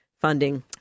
funding